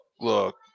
look